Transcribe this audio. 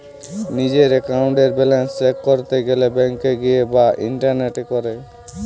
নিজের একাউন্টের balance check করতে গেলে ব্যাংকে গিয়ে বা ইন্টারনেটে করে